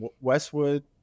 Westwood